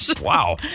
Wow